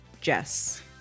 Jess